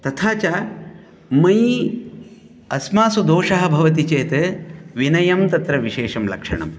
तथा च मयि अस्मासु दोषः भवति चेत् विनयं तत्र विशेषं लक्षणं